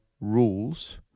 rules